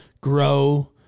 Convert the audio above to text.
grow